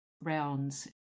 rounds